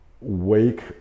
Wake